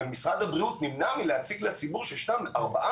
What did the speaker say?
ומשרד הבריאות נמנע מלהציג לציבור שישנם ארבעה